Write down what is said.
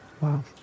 Wow